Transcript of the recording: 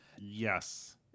Yes